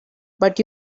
but